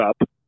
up